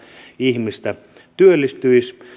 ihmistä työllistyisi